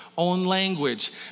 Language